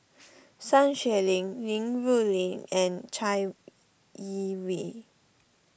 Sun Xueling Li Rulin and Chai Yee Wei